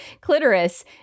clitoris